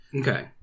Okay